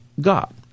God